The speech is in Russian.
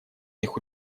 них